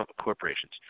corporations